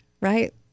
right